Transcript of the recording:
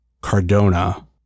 Cardona